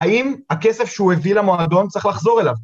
‫האם הכסף שהוא הביא למועדון ‫צריך לחזור אליו